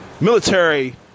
military